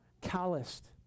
calloused